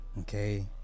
Okay